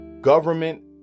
government